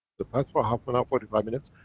the pad for half an hour, forty-five minutes.